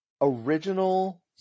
Original